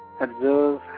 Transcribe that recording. Observe